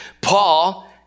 Paul